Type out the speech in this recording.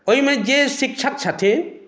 ओहिमे जे शिक्षक छथिन